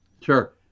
Sure